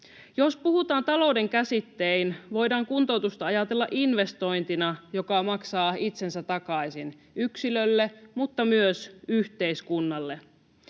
Jos puhutaan talouden käsittein, voidaan kuntoutusta ajatella investointina, joka maksaa itsensä takaisin yksilölle mutta myös yhteiskunnalle.